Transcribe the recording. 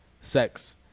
sex